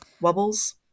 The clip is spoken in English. wobbles